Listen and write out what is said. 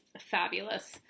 fabulous